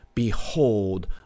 Behold